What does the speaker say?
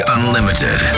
Unlimited